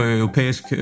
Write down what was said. europæisk